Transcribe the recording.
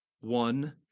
one